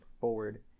forward